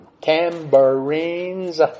tambourines